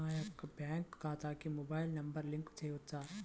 నా యొక్క బ్యాంక్ ఖాతాకి మొబైల్ నంబర్ లింక్ చేయవచ్చా?